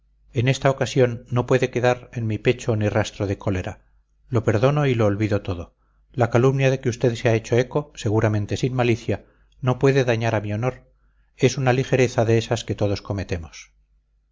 en esta ocasión no puede quedar en mi pecho ni rastro de cólera lo perdono y lo olvido todo la calumnia de que usted se ha hecho eco seguramente sin malicia no puede dañar a mi honor es una ligereza de esas que todos cometemos